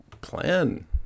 plan